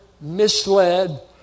misled